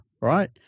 Right